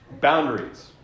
Boundaries